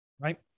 right